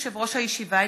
יושב-ראש הישיבה,